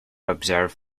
observe